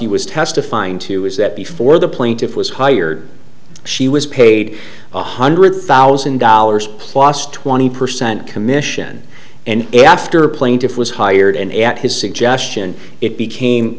petrofsky was testifying to is that before the plaintiff was hired she was paid one hundred thousand dollars plus twenty percent commission and after plaintiff was hired and at his suggestion it became